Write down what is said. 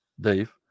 Dave